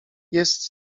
jest